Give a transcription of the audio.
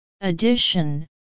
Addition